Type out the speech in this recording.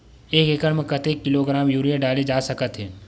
एक एकड़ म कतेक किलोग्राम यूरिया डाले जा सकत हे?